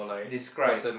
describe